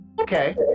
Okay